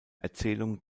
erzählung